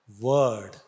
Word